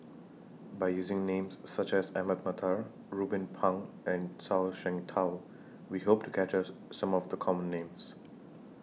By using Names such as Ahmad Mattar Ruben Pang and Zhuang Shengtao We Hope to captures Some of The Common Names